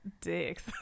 dicks